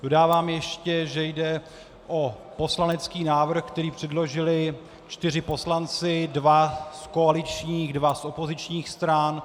Dodávám ještě, že jde o poslanecký návrh, který předložili čtyři poslanci, dva z koaličních, dva z opozičních stran.